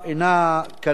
קלה למען האמת,